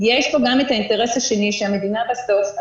יש פה גם את האינטרס השני שהמדינה בסוף,